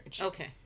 Okay